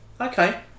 Okay